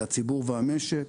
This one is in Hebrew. זה הציבור והמשק,